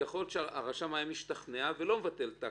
יכול להיות שהרשם היה משתכנע ולא מבטל את ההכרה,